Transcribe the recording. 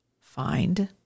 find